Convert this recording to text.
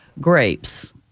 Grapes